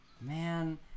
Man